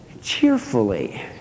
cheerfully